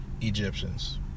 Egyptians